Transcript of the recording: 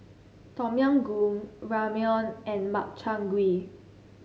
Tom Yam Goong Ramyeon and Makchang Gui